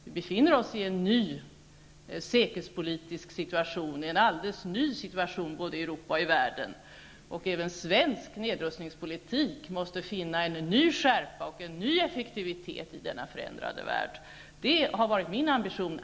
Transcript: Vi befinner oss i en säkerhetspolitisk situation som är alldeles ny, både för Europa och för världen. Även svensk nedrustningspolitik måste finna en ny skärpa och effektivitet i denna förändrade värld. Det är min ambition.